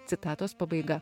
citatos pabaiga